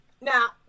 Now